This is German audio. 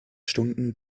stunden